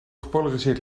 gepolariseerd